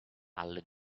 alle